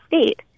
state